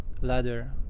ladder